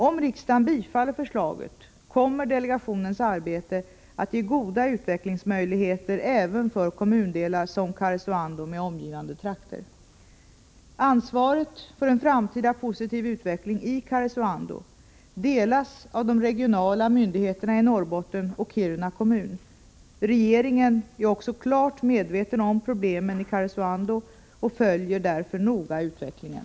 Om riksdagen bifaller förslaget kommer delegationens arbete att ge goda utvecklingsmöjligheter även för kommundelar som Karesuando med omgivande trakter. Ansvaret för en framtida positiv utveckling i Karesuando delas av de regionala myndigheterna i Norrbotten och Kiruna kommun. Regeringen är också klart medveten om problemen i Karesuando och följer därför noga utvecklingen.